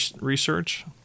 research